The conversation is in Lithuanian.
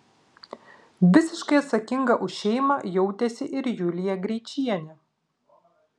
visiškai atsakinga už šeimą jautėsi ir julija greičienė